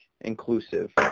inclusive